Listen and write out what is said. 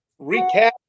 recap